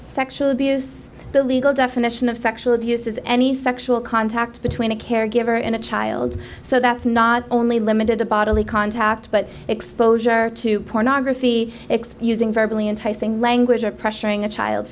sexual abuse the legal definition of sexual abuse is any sexual contact between a caregiver and a child so that's not only limited to bodily contact but exposure to pornography excusing verbal language or pressuring a child